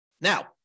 Now